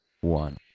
one